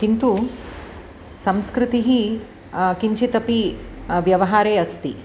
किन्तु संस्कृतिः किञ्चितपि व्यवहारे अस्ति